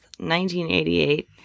1988